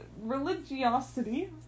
religiosity